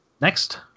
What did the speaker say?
Next